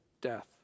death